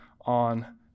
on